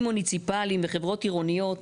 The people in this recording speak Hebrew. מוניציפליים וחברות עירוניות,